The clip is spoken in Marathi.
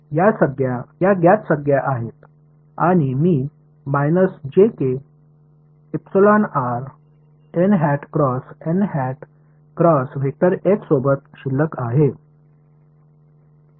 या ज्ञात संज्ञा आहेत आणि मी सोबत शिल्लक आहे